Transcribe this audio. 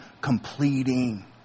completing